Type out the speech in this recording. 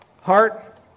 heart